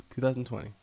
2020